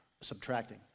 subtracting